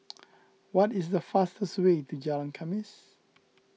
what is the fastest way to Jalan Khamis